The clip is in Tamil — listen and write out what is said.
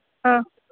ஆ